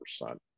percent